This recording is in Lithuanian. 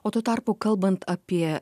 o tuo tarpu kalbant apie